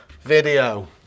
video